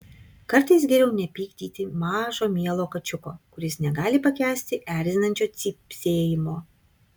kartais geriau nepykdyti mažo mielo kačiuko kuris negali pakęsti erzinančio cypsėjimo